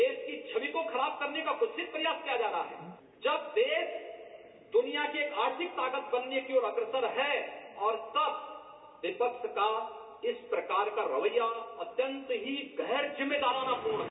प्रदेश की छवि को खराब करने का कुत्सित प्रयास किया जा रहा हैं जब देश दुनिया के आर्थिक ताकत बनने की ओर अग्रसर है और तब विपक्ष का इस प्रकार का खैया अत्यन्त ही गैर जिम्मेदराना पूर्ण है